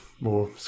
more